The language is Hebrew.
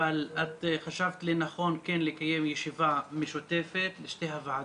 אבל את חשבת לנכון כן לקיים ישיבה משותפת של שתי הוועדות.